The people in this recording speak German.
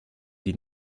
die